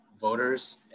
voters